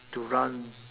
to run